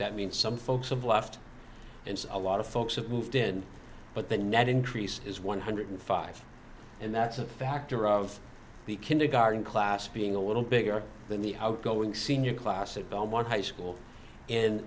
that means some folks of left and a lot of folks have moved in but the net increase is one hundred five and that's a factor of the kindergarten class being a little bigger than the outgoing senior class at belmont high school and